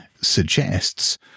suggests